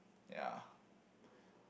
ya